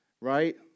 right